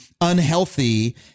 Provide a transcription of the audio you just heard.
unhealthy